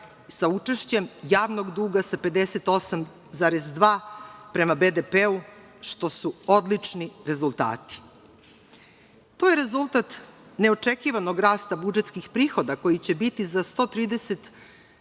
sa učešćem javnog duga, sa 58,2% prema BDP što su odlični rezultati. To je rezultat neočekivanog rasta budžetskih prihoda koji će biti za 132,2